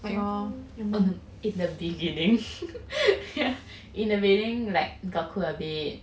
um in the beginning yeah in the beginning like got cook a bit